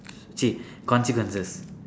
see consequences